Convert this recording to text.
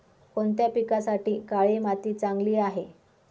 कोणत्या पिकासाठी काळी माती चांगली आहे?